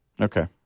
Okay